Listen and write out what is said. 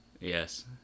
yes